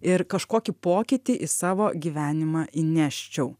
ir kažkokį pokytį į savo gyvenimą įneščiau